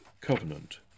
covenant